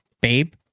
babe